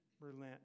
relent